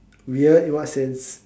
weird in what sense